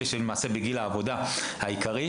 אלה שלמעשה בגיל העבודה העיקרי.